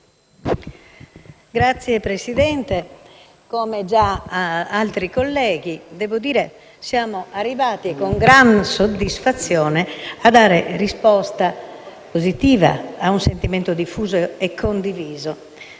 Signor Presidente, come già altri colleghi, devo dire che siamo arrivati con gran soddisfazione a dare risposta positiva a un sentimento diffuso e condiviso